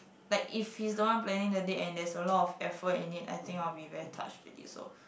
like if he's the one planning the date and there's a lot of effort in it I think I will be very touched already so